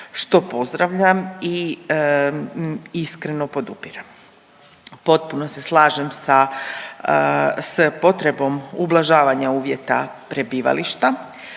što pozdravljam i iskreno podupirem. Potpuno se slažem s potrebom ublažavanja uvjeta prebivališta,